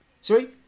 Sorry